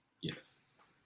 Yes